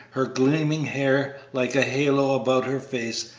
her gleaming hair like a halo about her face,